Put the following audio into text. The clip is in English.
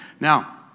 Now